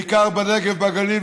בעיקר בנגב ובגליל,